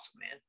man